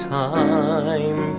time